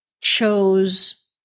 chose